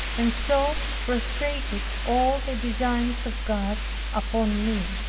and so frustrated all the designs of god upon me.